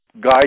guide